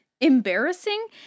Embarrassing